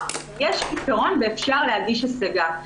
יש פתרון ואפשר להגיש השגה.